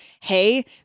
hey